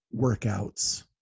workouts